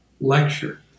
lecture